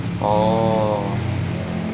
oh